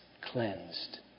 cleansed